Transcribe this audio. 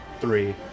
three